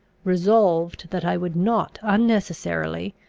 resolved that i would not unnecessarily,